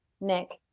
Nick